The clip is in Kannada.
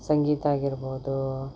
ಸಂಗೀತ ಆಗಿರ್ಬೋದು